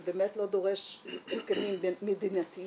זה באמת לא דורש הסכמים בין-מדינתיים.